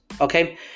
okay